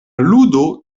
ludo